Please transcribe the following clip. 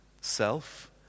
self